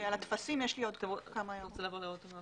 יש לי עוד כמה הערות על הטפסים.